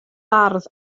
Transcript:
bardd